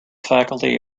faculty